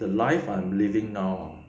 the life I'm living hor